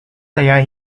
saya